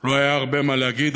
לא היה הרבה מה להגיד.